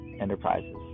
enterprises